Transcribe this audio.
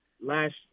last